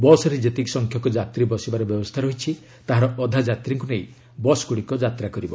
ବସ୍ରେ ଯେତିକି ସଂଖ୍ୟାକ ଯାତ୍ରୀ ବସିବାର ବ୍ୟବସ୍ଥା ରହିଛି ତାହାର ଅଧା ଯାତ୍ରୀଙ୍କୁ ନେଇ ବସ୍ଗ୍ରଡ଼ିକ ଯାତ୍ରା କରିବ